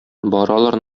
баралар